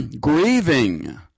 grieving